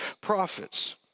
prophets